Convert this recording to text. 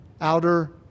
outer